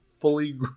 fully